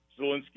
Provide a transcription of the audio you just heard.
Zelensky